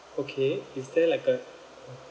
okay is there like a